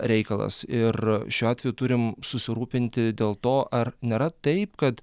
reikalas ir šiuo atveju turim susirūpinti dėl to ar nėra taip kad